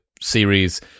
series